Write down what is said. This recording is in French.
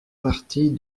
partie